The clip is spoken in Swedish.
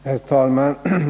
Herr talman!